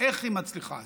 איך היא לא מצליחה?